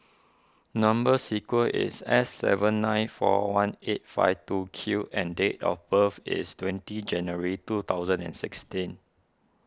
Number Sequence is S seven nine four one eight five two Q and date of birth is twenty January two thousand and sixteen